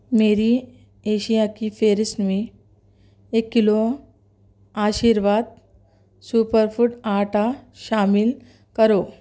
میری اشیاء کی فہرست میں ایک کلو آشرواد سُپر فوڈ آٹا شامل کرو